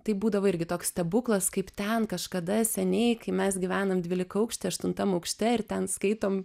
tai būdavo irgi toks stebuklas kaip ten kažkada seniai kai mes gyvenam dvylikaaukšty aštuntam aukšte ir ten skaitom